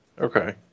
Okay